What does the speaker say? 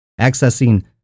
accessing